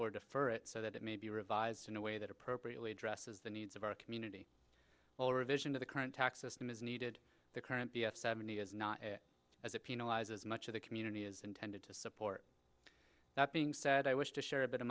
defer it so that it may be revised in a way that appropriately addresses the needs of our community all revision to the current tax system is needed the current b f seventy is not as it penalizes much of the community is intended to support that being said i wish to share a bit of